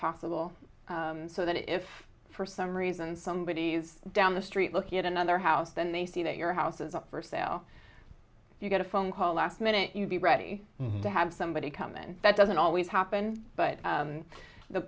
possible so that if for some reason somebody is down the street looking at another house then they see that your house is up for sale you get a phone call last minute you be ready to have somebody come in that doesn't always happen but